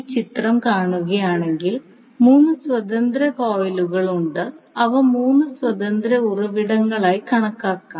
ഈ ചിത്രം കാണുകയാണെങ്കിൽ 3 സ്വതന്ത്ര കോയിലുകൾ ഉണ്ട് അവ 3 സ്വതന്ത്ര ഉറവിടങ്ങളായി കണക്കാക്കാം